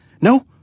no